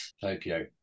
Tokyo